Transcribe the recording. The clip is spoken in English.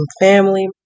family